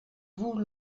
vous